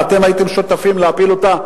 ואתם הייתם שותפים להפלתה,